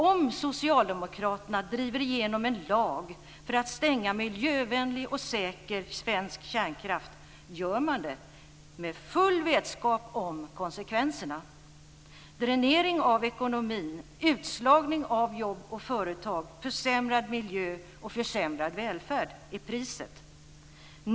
Om Socialdemokraterna driver igenom en lag för att stänga miljövänlig och säker svensk kärnkraft gör de det med full vetskap om konsekvenserna. Dränering av ekonomin, utslagning av jobb och företag, försämrad miljö och försämrad välfärd är priset.